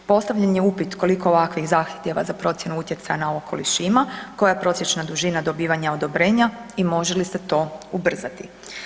Postavljen je upit koliko ovakvih zahtjeva za procjenu utjecaja na okoliš ima, koja je prosječna dužina dobivanja odobrenja i može li se to ubrzati.